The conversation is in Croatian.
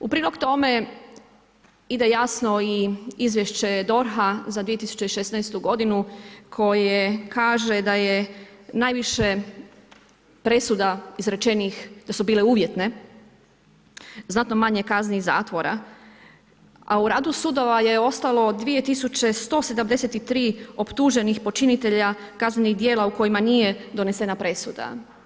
U prilog tome ide jasno i izvješće DORH-a za 2016. godinu koje kaže da je najviše presuda izrečenih, da su bile uvjetne, znatno manje kaznih zatvora, a u radu sudova je ostalo 2 tisuće 173 optuženih počinitelja kaznenih djela u kojima nije donesena presuda.